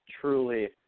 truly